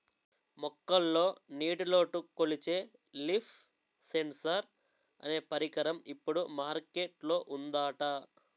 మొక్కల్లో నీటిలోటు కొలిచే లీఫ్ సెన్సార్ అనే పరికరం ఇప్పుడు మార్కెట్ లో ఉందట